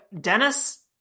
Dennis